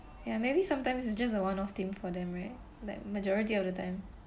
ya maybe sometimes it's just a one-off thing for them right like majority of the time